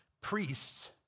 priests